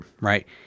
right